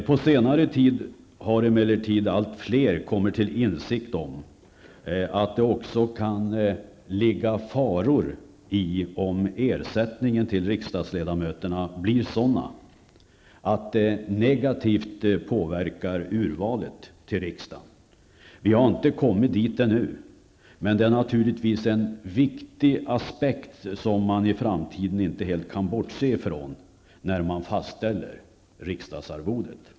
På senare tid har emellertid allt fler kommit till insikt om att det också kan ligga faror i om ersättningen till riksdagsledmöterna blir sådan att det negativt påverkar urvalet till riksdagen. Vi har inte kommit dit ännu, men det är naturligtvis en viktig aspekt, som man i framtiden inte helt kan bortse ifrån när man fastställer riksdagsarvodet.